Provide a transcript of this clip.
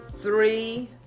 Three